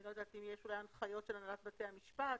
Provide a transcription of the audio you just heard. אני לא יודעת אם יש הנחיות של הנהלת בתי המשפט.